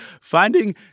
finding